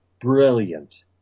brilliant